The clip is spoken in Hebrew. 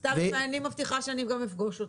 סתיו, אני מבטיחה גם שאני אפגוש אותך.